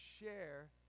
share